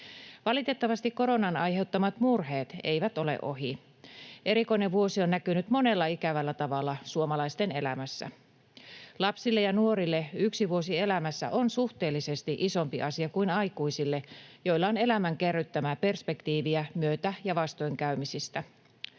Valitettavasti koronan aiheuttamat murheet eivät ole ohi. Erikoinen vuosi on näkynyt monella ikävällä tavalla suomalaisten elämässä. Lapsille ja nuorille yksi vuosi elämässä on suhteellisesti isompi asia kuin aikuisille, joilla on elämän kerryttämää perspektiiviä myötä- ja vastoinkäymisistä.